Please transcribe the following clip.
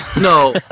No